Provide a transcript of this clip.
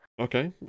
Okay